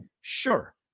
sure